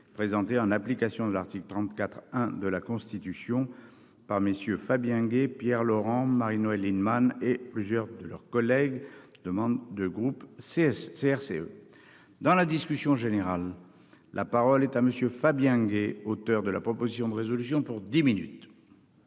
présentée, en application de l'article 34-1 de la Constitution, par MM. Fabien Gay, Pierre Laurent, Mme Marie-Noëlle Lienemann et plusieurs de leurs collègues (proposition n° 176). Dans la discussion générale, la parole est M. Fabien Gay, auteur de la proposition de résolution. Monsieur